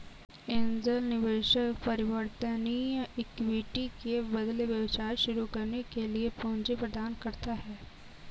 angel निवेशक परिवर्तनीय equity के बदले व्यवसाय शुरू करने के लिए पूंजी प्रदान करता है